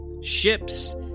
ships